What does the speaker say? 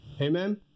Amen